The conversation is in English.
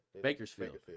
Bakersfield